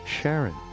Sharon